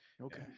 okay